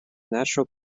natural